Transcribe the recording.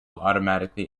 automatically